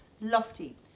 lofty